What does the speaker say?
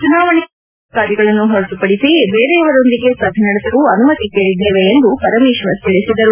ಚುನಾವಣೆಯಲ್ಲಿ ಭಾಗಿಯಾದ ಅಧಿಕಾರಿಗಳನ್ನು ಹೊರತುಪಡಿಸಿ ಬೇರೆಯವರೊಂದಿಗೆ ಸಭೆ ನಡೆಸಲು ಅನುಮತಿ ಕೇಳಿದ್ಗೇವೆ ಎಂದು ಪರಮೇಶ್ವರ್ ತಿಳಿಸಿದರು